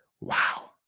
Wow